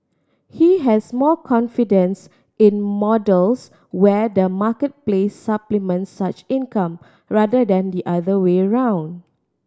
he has more confidence in models where the marketplace supplements such income rather than the other way round